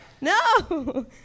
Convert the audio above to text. No